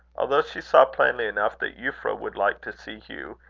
although she saw plainly enough that euphra would like to see hugh,